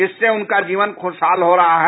इससे उनका जीवन खुशहाल हो रहा है